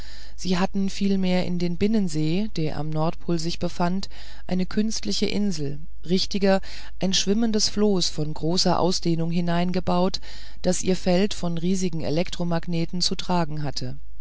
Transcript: sie hatten vielmehr in den binnensee der am nordpol sich vorfand eine künstliche insel richtiger ein schwimmendes floß von großer ausdehnung hineingebaut das ihr feld von riesigen elektromagneten zu tragen hatte